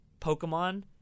Pokemon